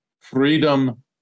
freedom